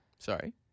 Sorry